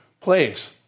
place